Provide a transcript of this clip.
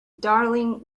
darling